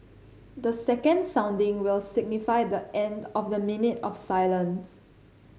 the second sounding will signify the end of the minute of silence